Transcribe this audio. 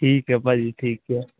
ਠੀਕ ਹੈ ਭਾਅ ਜੀ ਠੀਕ ਹੈ